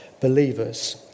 believers